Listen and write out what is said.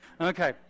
Okay